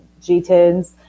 GTINs